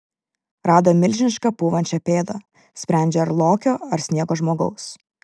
rado milžinišką pūvančią pėdą sprendžia ar lokio ar sniego žmogaus